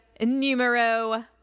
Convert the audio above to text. numero